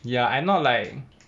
ya I not like